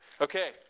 Okay